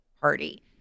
party